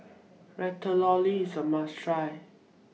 Ratatouille IS A must Try